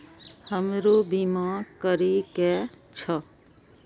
हमरो बीमा करीके छः?